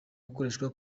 gukoreshwa